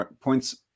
points